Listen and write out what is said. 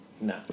No